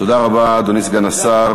תודה רבה, אדוני סגן השר.